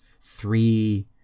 three